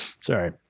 Sorry